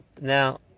Now